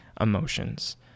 emotions